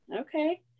okay